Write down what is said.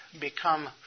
become